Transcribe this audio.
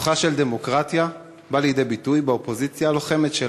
כוחה של דמוקרטיה בא לידי ביטוי באופוזיציה הלוחמת שלה.